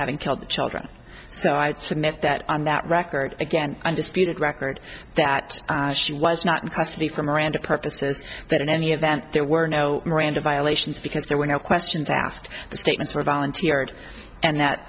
having killed the children so i would submit that i'm that record again undisputed record that she was not in custody for miranda purposes but in any event there were no miranda violations because there were no questions asked the statements were volunteered and that